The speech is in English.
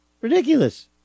ridiculous